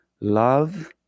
love